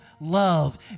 love